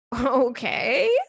okay